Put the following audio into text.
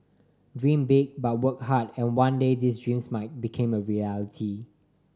dream big but work hard and one day these dreams might became a reality